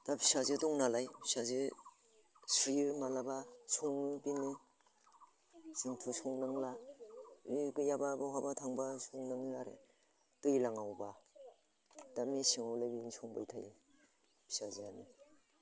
दा फिसाजो दंनालाय फिसाजो सुयो माब्लाबा सङो बेनो जोंथ' संनांला बे गैयाबा बहाबा थांबा संनाङो आरो दैज्लाङावबा दा मेसेङावलाय बेनो संबाय थायो फिसाजोआनो